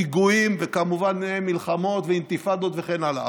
פיגועים וכמובן מלחמות ואינתיפאדות וכן הלאה,